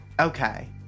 Okay